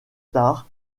star